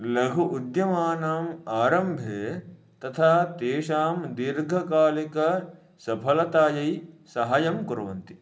लघु उद्यमानाम् आरम्भे तथा तेषां दीर्घकालिकसफलतायै सहाय्यं कुर्वन्ति